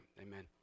Amen